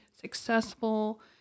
successful